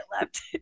left